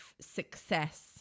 success